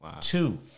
two